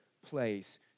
Place